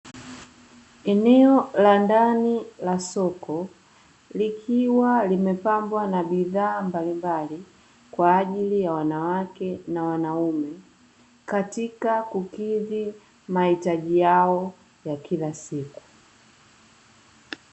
Eneo la ndani la soko likiwa limepambwa na bidhaa mbalimbali kwa ajili ya wanawake na wanaume katika kukidhi mahitaji yao ya kila siku.